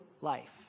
life